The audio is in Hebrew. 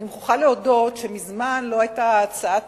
אני מוכרחה להודות שמזמן לא היתה הצעת